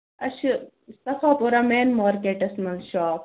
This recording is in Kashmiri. اَسہِ چھُ صفا پوٗرا مین مارکٮ۪ٹس منٛز شاپ